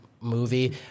movie